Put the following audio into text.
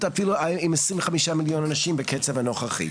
אפילו עם 25 מיליון אנשים בקצב הנוכחי,